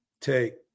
take